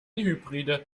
hybride